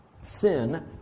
sin